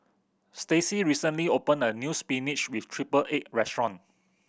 Stacey recently opened a new spinach with triple egg restaurant